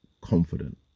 confident